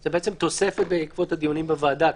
זו בעצם תוספת בעקבות הדיונים בוועדה,